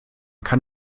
kann